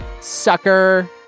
sucker